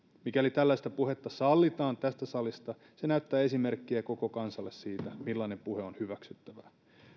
mikäli tällaista puhetta sallitaan tästä salista se näyttää esimerkkiä koko kansalle siitä millainen puhe on hyväksyttävää